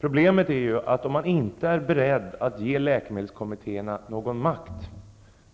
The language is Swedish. Problemet är att om man inte är beredd att ge läkemedelskommittéerna någon makt,